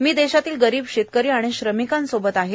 मी देशातील गरीब शेतकरी आणि श्रमीकांसोबत आहे